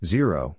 Zero